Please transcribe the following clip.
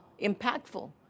impactful